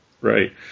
Right